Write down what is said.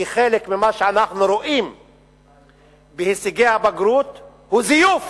כי חלק ממה שאנחנו רואים בהישגי הבגרות הוא זיוף